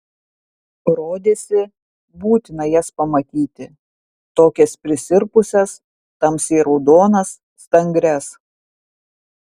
rodėsi būtina jas pamatyti tokias prisirpusias tamsiai raudonas stangrias